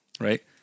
right